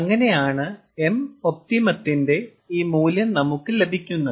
അങ്ങനെയാണ് m ഒപ്റ്റിമത്തിന്റെ ഈ മൂല്യം നമുക്ക് ലഭിക്കുന്നത്